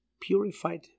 purified